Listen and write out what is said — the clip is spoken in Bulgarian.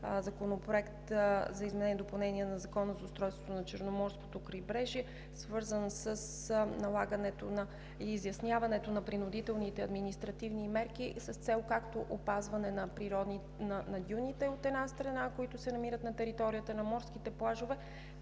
Законопроект за изменение и допълнение на Закона за устройството на Черноморското крайбрежие, свързан с налагането и изясняването на принудителните административни мерки с цел както опазване на дюните, от една страна, които се намират на територията на морските плажове,